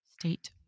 state